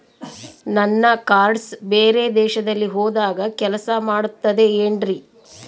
ನನ್ನ ಕಾರ್ಡ್ಸ್ ಬೇರೆ ದೇಶದಲ್ಲಿ ಹೋದಾಗ ಕೆಲಸ ಮಾಡುತ್ತದೆ ಏನ್ರಿ?